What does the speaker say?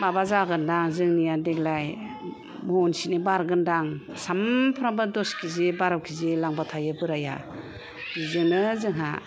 माबा जागोना जोंनिया देग्लाय महनसेनि बारगोनदां सामफ्रोमबो दस किजि बार' कि जि लांबाय थायो बोराइया बिजोंनो जोंहा